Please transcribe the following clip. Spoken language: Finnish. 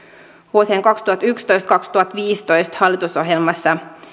vuosien kaksituhattayksitoista viiva kaksituhattaviisitoista hallitusohjelmassa